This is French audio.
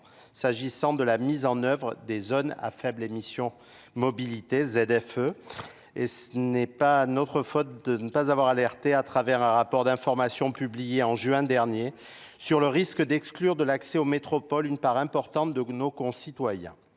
s'agissant de la mise en œuvre des zones à faibles émissions. Mobilités f e Ce n'est pas notre faute de ne pas avoir alerté à travers un rapport d'information publié en juin dernier en juin dernier sur le risque d'exclure de l'accès aux métropoles. une part importante de nos concitoyens.